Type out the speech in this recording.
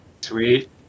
Sweet